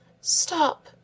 Stop